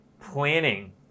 planning